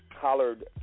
collared